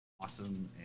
Awesome